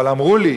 אבל אמרו לי,